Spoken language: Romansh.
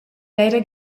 d’eira